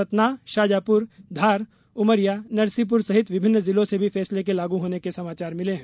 सतना शाजापुर धार उमरिया नरसिंहपुर सहित विभिन्न जिलों से भी फैसले के लागू होने के समाचार मिले हैं